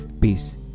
Peace